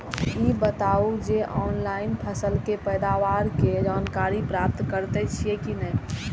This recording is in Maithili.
ई बताउ जे ऑनलाइन फसल के पैदावार के जानकारी प्राप्त करेत छिए की नेय?